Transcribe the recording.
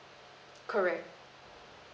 correct